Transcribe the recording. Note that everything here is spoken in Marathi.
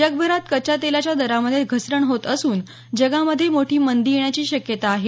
जगभरात कच्चा तेलाच्या दरामध्ये घसरण होत असून जगामध्ये मोठी मंदी येण्याची शक्यता आहे